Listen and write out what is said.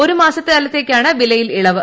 ഒരുമാസക്കാലത്തേക്കാണ് വിലയിൽ ഇളവ്